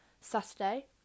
Saturday